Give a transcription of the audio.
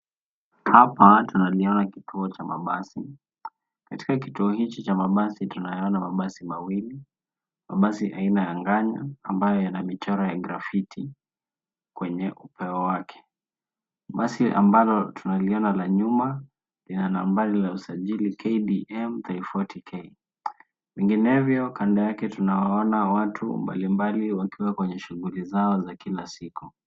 Hapa tunaliona kituo cha mabasi. Katika kituo hiki cha mabasi tunayaona mabasi mawili, mabasi aina ya nganya ambayo yana michoro ya grafiti kwenye upeo wake. Basi ambalo tunaliona la nyuma lina nambari la usajili KDM 340 K. Vinginevyo kando yake tunawaona watu mbalimbali wakiwa kwenye shughuli zao za kila siku.